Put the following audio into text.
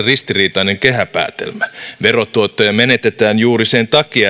ristiriitainen kehäpäätelmä verotuottoja menetetään juuri sen takia